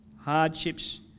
hardships